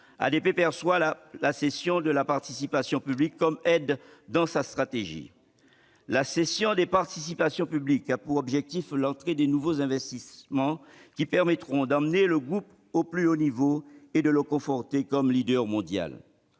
ADP perçoit la cession de la participation publique comme une aide dans sa stratégie. La cession des participations publiques a pour objectif l'entrée de nouveaux investisseurs qui permettront d'emmener le groupe aux plus hauts niveaux et de le conforter comme leader mondial.